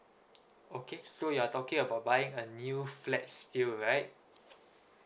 okay so you're talking about buying a new flat still right